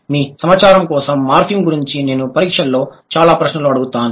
మీ సమాచారం కోసం మార్ఫిమ్ గురించి నేను పరీక్షల్లో చాలా ప్రశ్నలు అడుగుతాను